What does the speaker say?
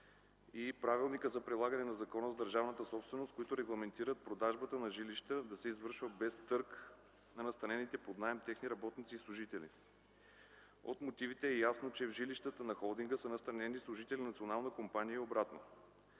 и Правилника за прилагане на Закона за държавната собственост, които регламентират продажбата на жилища да се извършва без търг на настанените под наем техни работници и служители. От мотивите е ясно, че в жилища на холдинга са настанени служители на Националната компания и обратно.